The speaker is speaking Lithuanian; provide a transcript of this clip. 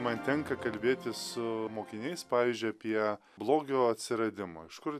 man tenka kalbėtis su mokiniais pavyzdžiu apie blogio atsiradimą iš kur